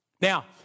Now